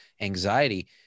anxiety